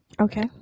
Okay